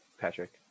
Patrick